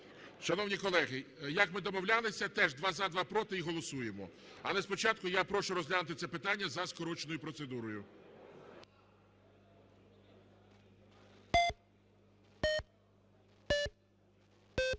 Шановні колеги, як ми домовлялися, теж: два – за, два – проти. І голосуємо. Але спочатку я прошу розглянути це питання за скороченою процедурою. 13:48:23 За-280